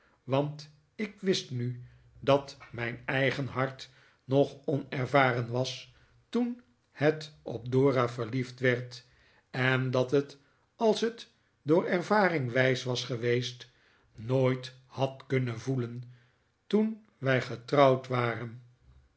want ik wist mi dat mijn eigen hart nog onervaren was toen het op dora verliefd werd en dat het als het door ervaring wijs was geweest nooit had kunnen voelen toen wij getrouwd waxen